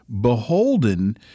beholden